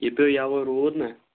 یہِ پیوٚ یَوٕ روٗد نہ